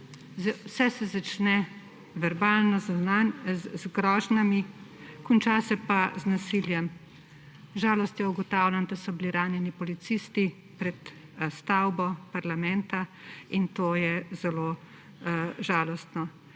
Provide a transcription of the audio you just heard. Vse se začne verbalno, z grožnjami, konča se pa z nasiljem. Z žalostjo ugotavljam, da so bili ranjeni policisti pred stavbo parlamenta, in to je zelo žalostno.